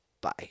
Bye